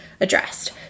addressed